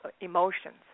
emotions